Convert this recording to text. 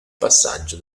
passaggio